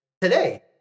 today